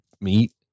meat